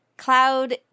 Cloud